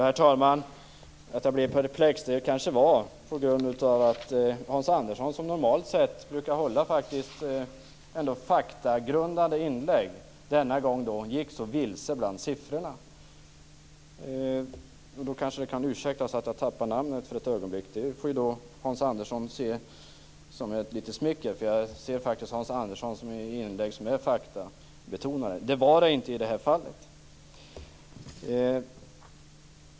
Herr talman! Att jag blev perplex kanske berodde på att Hans Andersson, som normalt sett brukar hålla faktagrundade inlägg, denna gång gick så vilse bland siffrorna. Då kanske det kan ursäktas att jag inte kom ihåg hans namn för ett ögonblick. Det får Hans Andersson se som smicker, eftersom jag faktiskt ser Hans Anderssons inlägg som faktabetonade. Men det var inte hans inlägg i detta fall.